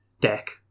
deck